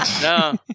No